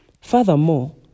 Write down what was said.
Furthermore